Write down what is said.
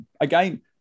again